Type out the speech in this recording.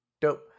Dope